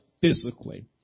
physically